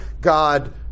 God